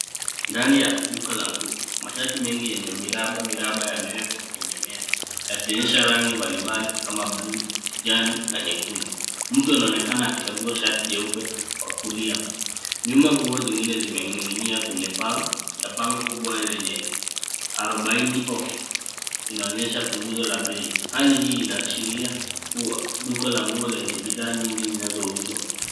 Ndani ya duka la nguo. Mashati mengi yenye miraba miraba yamewekwa kwenye meza yakionyesha rangi mbalimbali kama bluu, kijani na nyekundu. Mtu anaonekana akichagua shati jeupe kwa kulia. Nyuma nguo zingine zimening'inia kwenye paa na bango kubwa lenye 40 % off inaonyesha punguzo la bei. Hali hii inaashiria kuwa duka la nguo lenye bidhaa nyingi zinazouzwa.